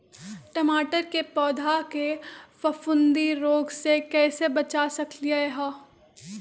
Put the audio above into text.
टमाटर के पौधा के फफूंदी रोग से कैसे बचा सकलियै ह?